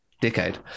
decade